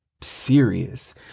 Serious